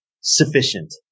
sufficient